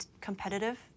competitive